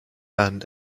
and